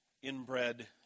Inbred